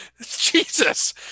Jesus